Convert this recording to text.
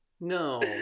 No